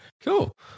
Cool